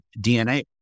DNA